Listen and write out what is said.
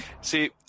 see